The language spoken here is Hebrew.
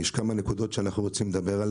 ראשית, אני רוצה לדבר על